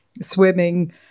swimming